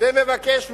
ומבקש ממך,